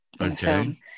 Okay